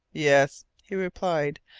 yes, he replied,